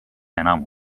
enam